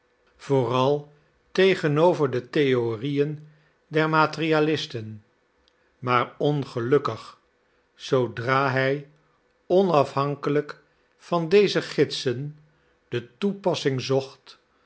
vooral tegenover de theorieën der materialisten maar ongelukkig zoodra hij onafhankelijk van deze gidsen de toepassing zocht